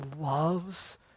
loves